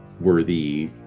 worthy